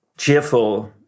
Cheerful